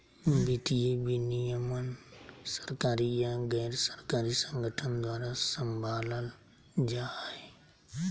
वित्तीय विनियमन सरकारी या गैर सरकारी संगठन द्वारा सम्भालल जा हय